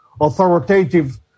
authoritative